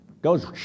goes